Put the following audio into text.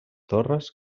torres